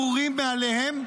הברורים מאליהם,